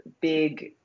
big